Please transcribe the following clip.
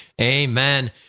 Amen